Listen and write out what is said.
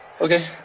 Okay